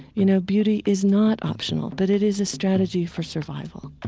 you know, beauty is not optional, but it is a strategy for survival